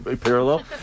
parallel